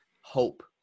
hope